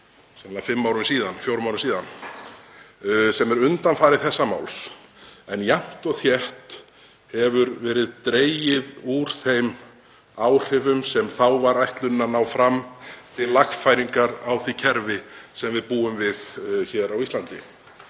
sem er undanfari þessa máls, en jafnt og þétt hefur verið dregið úr þeim áhrifum sem þá var ætlunin að ná fram til lagfæringar á því kerfi sem við búum við hér á Íslandi